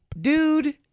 Dude